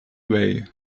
way